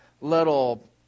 little